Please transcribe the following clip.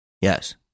Yes